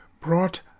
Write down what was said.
brought